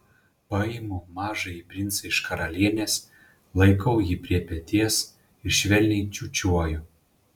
paimu mažąjį princą iš karalienės laikau jį prie peties ir švelniai čiūčiuoju